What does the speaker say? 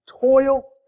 toil